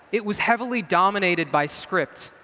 it was heavily dominated by scripts.